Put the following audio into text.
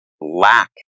lack